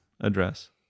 address